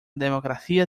democracia